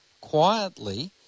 quietly